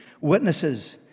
witnesses